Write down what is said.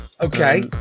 Okay